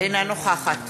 אינה נוכחת